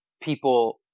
people